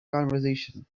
conversation